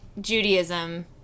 Judaism